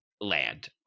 Land